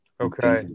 Okay